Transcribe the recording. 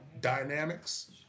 dynamics